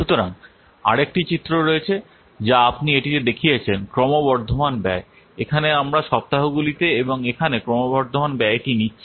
সুতরাং আর একটি চিত্র রয়েছে যা আপনি এটিতে দেখিয়েছেন ক্রমবর্ধমান ব্যয় এখানে আমরা সময় সপ্তাহগুলিতে এবং এখানে ক্রমবর্ধমান ব্যয়টি নিচ্ছি